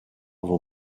vos